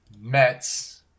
mets